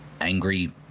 angry